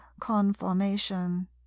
conformation